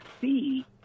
see